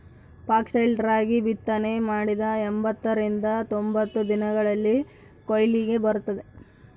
foxtail ರಾಗಿ ಬಿತ್ತನೆ ಮಾಡಿದ ಎಂಬತ್ತರಿಂದ ತೊಂಬತ್ತು ದಿನಗಳಲ್ಲಿ ಕೊಯ್ಲಿಗೆ ಬರುತ್ತದೆ